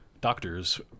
doctors